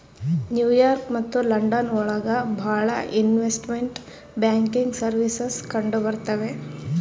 new York ಮತ್ತು London ಒಳಗ ಭಾಳ ಇನ್ವೆಸ್ಟ್ಮೆಂಟ್ ಬ್ಯಾಂಕಿಂಗ್ ಸರ್ವೀಸಸ್ ಕಂಡುಬರ್ತವೆ